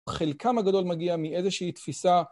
חלקם הגדול מגיע מאיזושהי תפיסה.